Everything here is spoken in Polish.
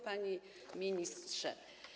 Panie Ministrze!